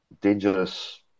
dangerous